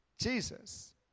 Jesus